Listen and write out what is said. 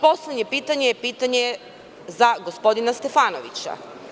Poslednje pitanje je pitanje za gospodina Stefanovića.